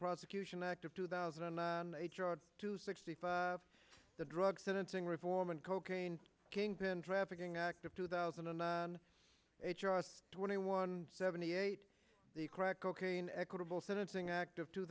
prosecution act of two thousand and two sixty five the drug sentencing reform and cocaine kingpin trafficking act of two thousand and nine h r s twenty one seventy eight the crack cocaine equitable sentencing act of two